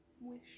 wish